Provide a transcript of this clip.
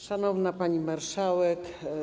Szanowna Pani Marszałek!